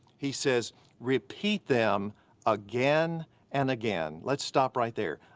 he says repeat them again and again, let's stop right there.